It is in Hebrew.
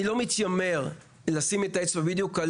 אני לא מתיימר לשים את האצבע בדיוק על